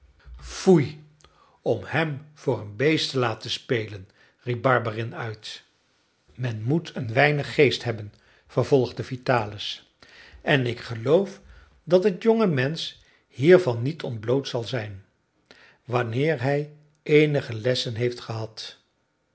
foei om hem voor een beest te laten spelen riep barberin uit men moet een weinig geest hebben vervolgde vitalis en ik geloof dat het jonge mensch hiervan niet ontbloot zal zijn wanneer hij eenige lessen heeft gehad